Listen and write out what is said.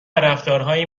رفتارهایی